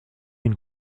une